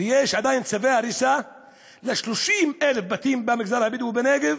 ויש עדיין צווי הריסה ל-30,000 בתים במגזר הבדואי בנגב